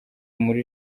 muri